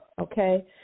okay